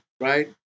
right